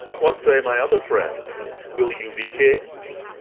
what say my other friends? will you be kings?